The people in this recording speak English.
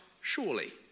surely